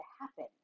happen